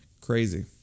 Crazy